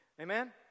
Amen